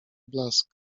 blask